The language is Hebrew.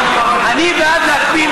להפריע,